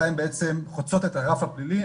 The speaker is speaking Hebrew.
מתי הן חוצות את הרף הפלילי.